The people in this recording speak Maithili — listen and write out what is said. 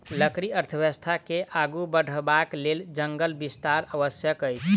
लकड़ी अर्थव्यवस्था के आगू बढ़यबाक लेल जंगलक विस्तार आवश्यक अछि